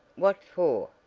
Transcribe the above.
what for?